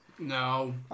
No